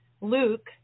Luke